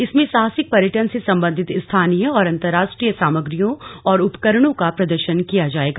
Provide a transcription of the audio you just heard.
इसमें साहसिक पर्यटन से संबंधित स्थानीय और अंतर्राष्ट्रीय सामग्रियों और उपकरणों का प्रदर्शन किया जाएगा